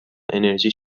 انرژی